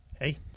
Hey